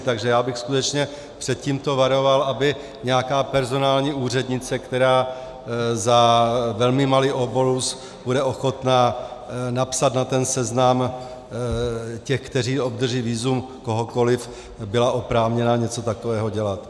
Takže já bych skutečně varoval před tím, aby nějaká personální úřednice, která za velmi malý obolus bude ochotna napsat na seznam těch, kteří obdrží vízum, kohokoliv, byla oprávněna něco takového dělat.